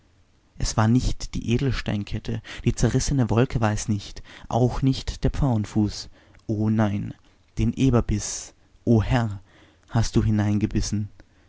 es war nicht die edelsteinkette die zerrissene wolke war es nicht auch nicht der pfauenfuß o nein den eberbiß o herr hast du